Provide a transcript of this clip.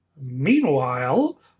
Meanwhile